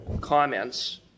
comments